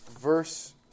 verse